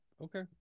Okay